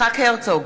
יצחק הרצוג,